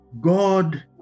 God